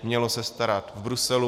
Mělo se starat v Bruselu.